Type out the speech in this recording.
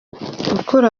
gukura